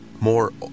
more